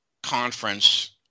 conference